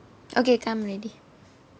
okay come already